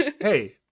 Hey